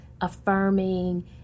affirming